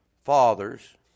Fathers